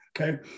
okay